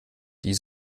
die